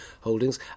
holdings